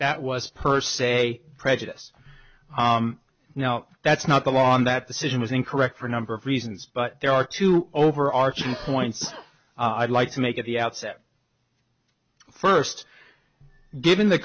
that was per se prejudice now that's not the law and that decision was incorrect for a number of reasons but there are two overarching points i'd like to make at the outset first given the